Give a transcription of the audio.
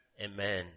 Amen